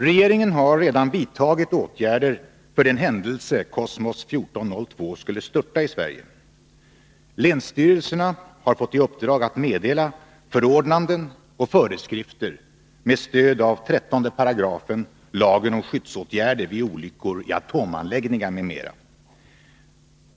Regeringen har redan vidtagit åtgärder för den händelse Kosmos 1402 skulle störta i Sverige. Länsstyrelserna har fått i uppdrag att meddela förordnanden och föreskrifter med stöd av 13§ lagen om skyddsåtgärder vid olyckor i atomanläggningar m.m.